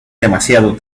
demasiado